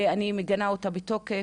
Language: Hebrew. אני מגנה אותה בתוקף.